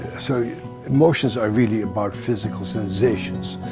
so yeah emotions are really about physical sensations.